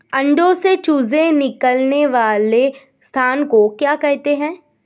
अंडों से चूजे निकलने वाले स्थान को क्या कहते हैं?